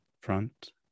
front